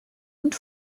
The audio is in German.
und